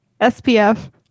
SPF